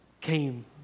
came